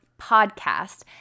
PODCAST